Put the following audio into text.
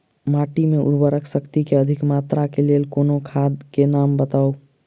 माटि मे उर्वरक शक्ति केँ अधिक मात्रा केँ लेल कोनो खाद केँ नाम बताऊ?